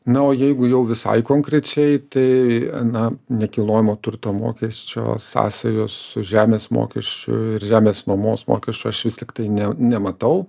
na o jeigu jau visai konkrečiai tai na nekilnojamo turto mokesčio sąsajos su žemės mokesčiu ir žemės nuomos mokesčiu aš vis tiktai ne nematau